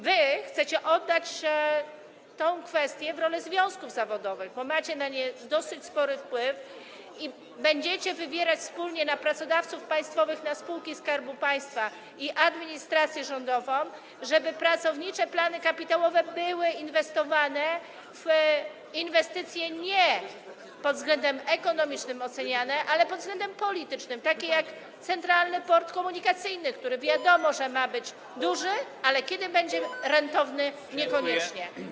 Wy chcecie oddać tę kwestię związkom zawodowym, bo macie na nie dosyć spory wpływ i będziecie wywierać wpływ wspólnie na pracodawców państwowych, na spółki Skarbu Państwa i administrację rządową, żeby pracownicze plany kapitałowe były inwestowane w inwestycje oceniane nie pod względem ekonomicznym, ale pod względem politycznym, takie jak Centralny Port Komunikacyjny, który wiadomo, że ma być duży, ale kiedy będzie rentowny - niekoniecznie.